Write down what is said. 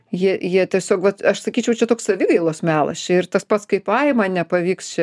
jie jie tiesiog vat aš sakyčiau čia toks savigailos melas čia ir tas pats kaip ai man nepavyks čia